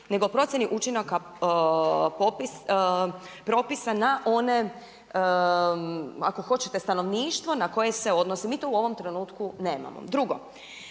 nego o procjeni učinaka propisa na one ako hoćete stanovništvo na koje se odnosi. Mi to u ovom trenutku nemamo. Drugo,